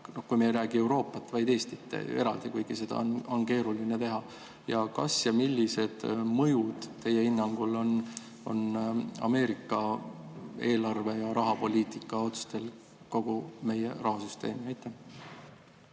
ei pea silmas Euroopat, vaid Eestit eraldi, kuigi seda on keeruline teha. Ja millised mõjud teie hinnangul on Ameerika eelarve- ja rahapoliitikaotsustel kogu meie rahasüsteemile?